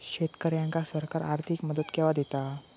शेतकऱ्यांका सरकार आर्थिक मदत केवा दिता?